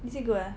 is it good ah